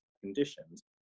conditions